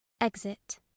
exit